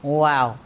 Wow